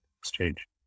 exchange